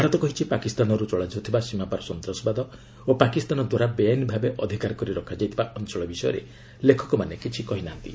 ଭାରତ କହିଛି ପାକିସ୍ତାନରୁ ଚଳାଯାଉଥିବା ସୀମାପାର ସନ୍ତାସବାଦ ଓ ପାକିସ୍ତାନ ଦ୍ୱାରା ବେଆଇନଭାବେ ଅଧିକାର କରି ରଖାଯାଇଥିବା ଅଞ୍ଚଳ ବିଷୟରେ ଲେଖକମାନେ କିଛି କହିନାହାନ୍ତି